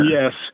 Yes